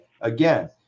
again